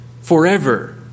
forever